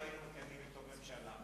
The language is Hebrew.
לא היינו מקיימים אתו ממשלה,